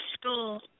school